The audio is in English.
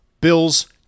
Bill's